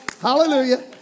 Hallelujah